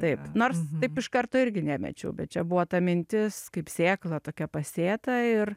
taip nors taip iš karto irgi nemečiau bet čia buvo ta mintis kaip sėkla tokia pasėta ir